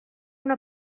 una